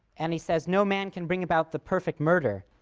and he says, no man can bring about the perfect murder.